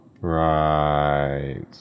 Right